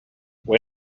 when